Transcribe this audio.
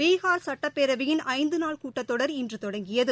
பீகார் சுட்டப்பேரவையின் ஐந்து நாள் கூட்டத்தொடர் இன்று தொடங்கியது